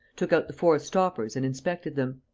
took out the four stoppers and inspected them.